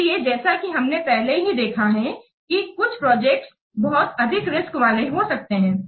इसलिए जैसा कि हमने पहले ही देखा है कि कुछ प्रोजेक्ट बहुत अधिक रिस्क वाले हो सकते हैं